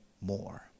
more